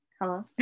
Hello